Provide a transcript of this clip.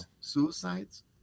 suicides